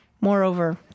moreover